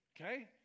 okay